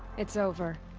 it's over.